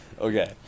Okay